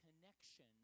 connection